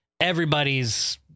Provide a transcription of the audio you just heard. Everybody's